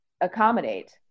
accommodate